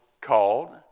called